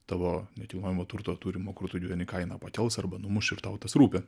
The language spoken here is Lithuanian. tavo nekilnojamo turto turimo kur tu gyveni kainą pakels arba numuš ir tau tas rūpi